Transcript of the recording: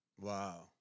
wow